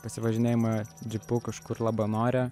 pasivažinėjimą džipu kažkur labanore